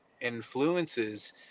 influences